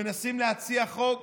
מנסים להציע חוק